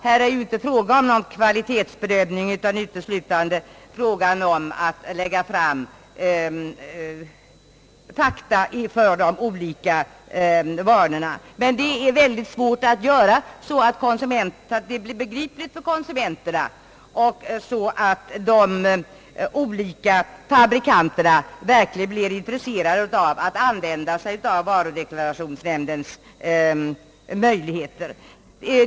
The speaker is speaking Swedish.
Här är det inte fråga om kvalitetsbedömning, utan uteslutande om att lägga fram fakta beträffande de olika varorna. Men det är mycket svårt att göra detta så, att det blir begripligt för konsumenterna samtidigt som de olika fabrikanterna verk ligen blir intresserade av att begagna sig av de resultat varudeklarationsnämnden kommit fram till.